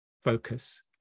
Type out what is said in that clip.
Focus